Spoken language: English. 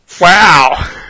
Wow